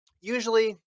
usually